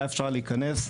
היה אפשר להיכנס,